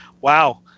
Wow